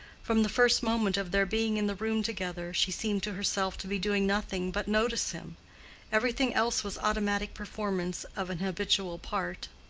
from the first moment of their being in the room together, she seemed to herself to be doing nothing but notice him everything else was automatic performance of an habitual part.